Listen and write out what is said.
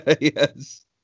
Yes